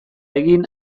egin